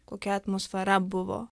kokia atmosfera buvo